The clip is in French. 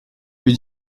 lui